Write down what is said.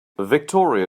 victoria